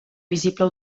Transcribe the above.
visible